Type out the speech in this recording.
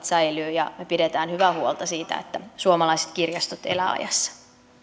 säilyvät ja me pidämme hyvää huolta siitä että suomalaiset kirjastot elävät ajassa